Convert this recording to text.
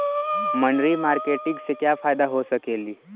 मनरी मारकेटिग से क्या फायदा हो सकेली?